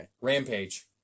Rampage